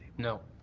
no.